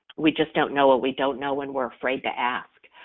we just don't know, or we don't know and were afraid to ask.